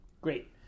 Great